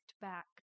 back